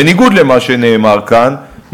בניגוד למה שנאמר כאן,